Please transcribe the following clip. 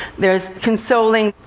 there's consoling.